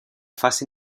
fase